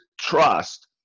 trust